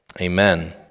amen